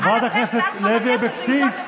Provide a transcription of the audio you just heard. תודה, חברת הכנסת אבקסיס.